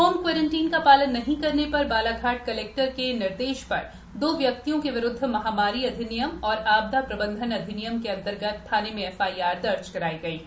home quarantine का पालन नहीं करने पर बालाघाट कलेक्टर दीपक आर्य के निर्देश पर दो व्यक्तियों के विरूद्व महामारी अधिनियम तथा आपदा प्रबंधन अधिनियम के अंतर्गत थाने में एफआईआर दर्ज कराई गई है